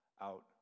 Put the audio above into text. out